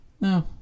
No